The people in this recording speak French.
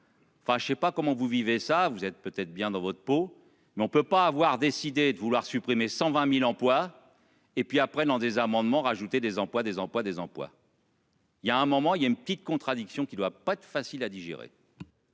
Enfin je ne sais pas comment vous vivez ça, vous êtes peut être bien dans votre peau mais on ne peut pas avoir décidé de vouloir supprimer 120.000 emplois. Et puis après dans des amendements rajouter des emplois, des emplois des emplois.-- Il y a un moment il y a une petite contradiction qui doit pas être facile à digérer.--